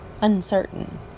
uncertain